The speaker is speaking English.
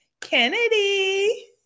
Kennedy